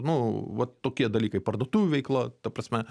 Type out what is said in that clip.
nu vat tokie dalykai parduotuvių veikla ta prasme